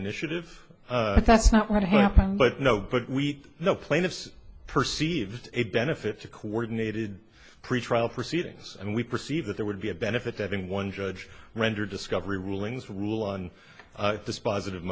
initiative that's not what happened but no but we know plaintiffs perceived it benefits of coordinated pretrial proceedings and we perceive that there would be a benefit to having one judge render discovery rulings rule on dispositive